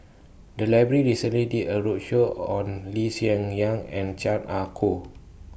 The Library recently did A roadshow on Lee Hsien Yang and Chan Ah Kow